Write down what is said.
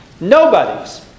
Nobody's